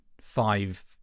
five